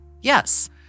Yes